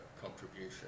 contribution